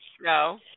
No